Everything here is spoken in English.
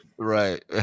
Right